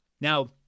Now